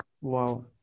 wow